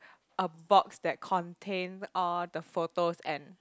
a box that contains all the photos and